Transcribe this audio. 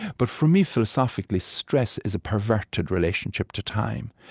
but for me, philosophically, stress is a perverted relationship to time,